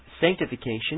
sanctification